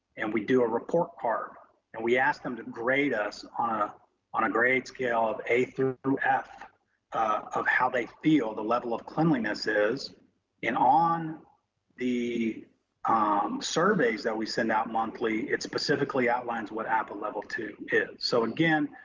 and we do a report card and we ask them to grade us on ah on a grade scale of a through through f of how they feel the level of cleanliness is and on the surveys that we send out monthly, it specifically outlines what appa level ii is. so again,